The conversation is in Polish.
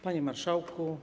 Panie Marszałku!